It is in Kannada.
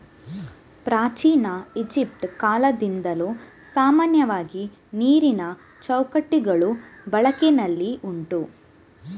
ಪ್ರಾಚೀನ ಈಜಿಪ್ಟ್ ಕಾಲದಿಂದಲೂ ಸಾಮಾನ್ಯವಾಗಿ ನೀರಿನ ಚೌಕಟ್ಟುಗಳು ಬಳಕೆನಲ್ಲಿ ಉಂಟು